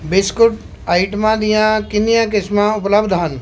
biscuit ਆਈਟਮਾਂ ਦੀਆਂ ਕਿੰਨੀਆਂ ਕਿਸਮਾਂ ਉਪਲੱਬਧ ਹਨ